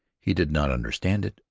he did not understand it,